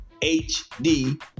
HD